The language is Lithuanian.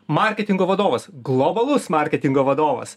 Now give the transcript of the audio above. marketingo vadovas globalus marketingo vadovas